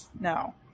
No